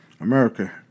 America